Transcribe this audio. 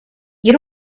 you